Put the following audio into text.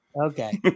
Okay